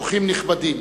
אורחים נכבדים,